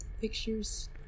pictures